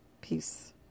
Peace